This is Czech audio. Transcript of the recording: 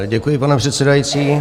Děkuji, pane předsedající.